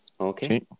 Okay